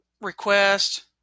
request